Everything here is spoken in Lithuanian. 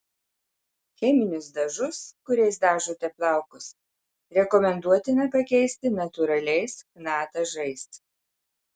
cheminius dažus kuriais dažote plaukus rekomenduotina pakeisti natūraliais chna dažais